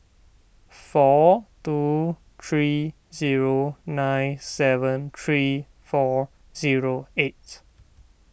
four two three zero nine seven three four zero eight